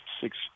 six